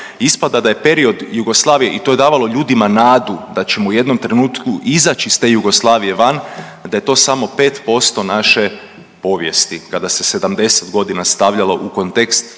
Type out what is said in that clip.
ispada da je period Jugoslavije i to je davalo ljudima nadu da ćemo u jednom trenutku izać iz te Jugoslavije van da je to samo 5% naše povijesti kada se 70 godina stavljalo u kontekst